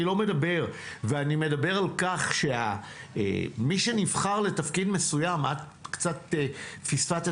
אני מדבר על כך שמי שנבחר לתפקיד מסוים את קצת פספסת